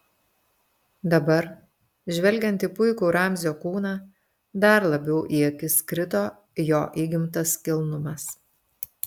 dabar žvelgiant į puikų ramzio kūną dar labiau į akis krito jo įgimtas kilnumas